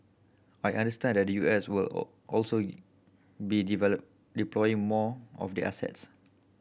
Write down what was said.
I understand that the U S will all also be develop deploying more of their assets